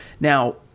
Now